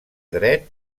dret